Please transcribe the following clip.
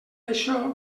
això